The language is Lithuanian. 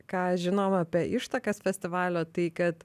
ką žinom apie ištakas festivalio tai kad